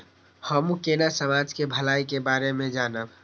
हमू केना समाज के भलाई के बारे में जानब?